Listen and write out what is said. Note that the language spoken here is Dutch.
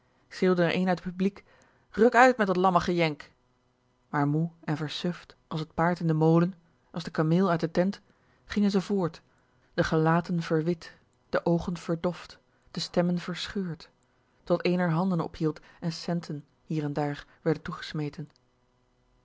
er een uit t publiek ruk uit met dat lamme gejenk maar moe en versuft als t paard in den molen als de kameel uit de tent gingen ze voort de gelaten ver wit de oogen ver doft de stemmen verscheurd tot een r handen ophield en centen hier en daar werden toegesmeten